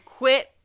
quit